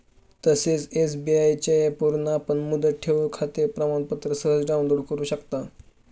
तसेच एस.बी.आय च्या ऍपवरून आपण मुदत ठेवखाते प्रमाणपत्र सहज डाउनलोड करु शकता